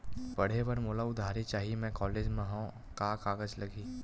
पढ़े बर मोला उधारी चाही मैं कॉलेज मा हव, का कागज लगही?